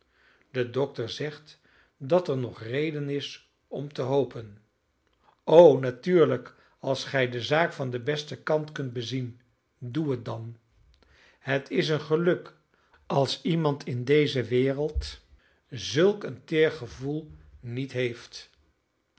de dokter zegt dat er nog reden is om te hopen o natuurlijk als gij de zaak van den besten kant kunt bezien doe het dan het is een geluk als iemand in deze wereld zulk een teer gevoel niet heeft